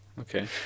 Okay